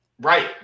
Right